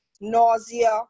nausea